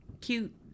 cute